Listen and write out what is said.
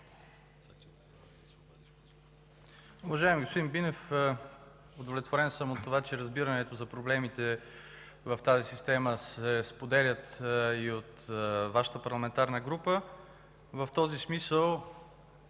Уважаеми господин Бинев, удовлетворен съм от това, че разбирането за проблемите в тази система се споделят и от Вашата парламентарна група. В този смисъл